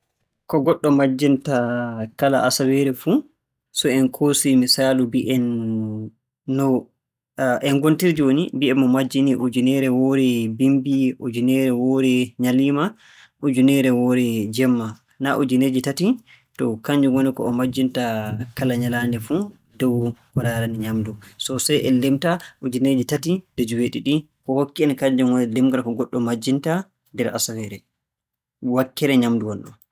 Ko goɗɗo majjinta kala asaweere fuu, so en koosii misaaalu mbi'en, no en ngontiri jooni, mbie'en mo majjinii ujuneere woore bimmbi, ujuneere woore nyaliima, ujuneere woore jemma. Naa ujuneeje tati? To, kannjum woni ko o majjinta kala nyalaande fuu dow ko raarani nyaamndu. To sey en limta ujuneeje tati nde joewwɗiɗi. Ko hokki-en kannjum woni ko goɗɗo majjinta nder asaweere, wakkare nyaamndu wonɗon.